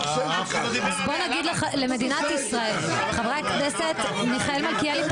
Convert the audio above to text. --- חבר הכנסת מיכאל מלכיאלי,